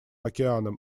океаном